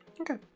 Okay